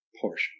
portion